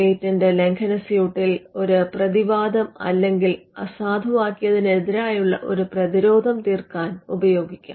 patent ലംഘന സ്യൂട്ടിൽ ഒരു പ്രതിവാദം അല്ലെങ്കിൽ അസാധുവാക്കിയതിനെതിരായുള്ള ഒരു പ്രതിരോധം തീർക്കാൻ ഉപയോഗിക്കാം